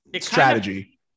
strategy